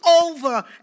over